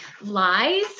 lies